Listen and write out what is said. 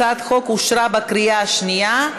הצעת החוק אושרה בקריאה השנייה.